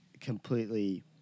completely